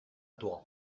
toi